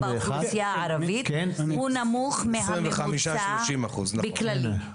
באוכלוסייה הערבית נמוך מהממוצע בכללי,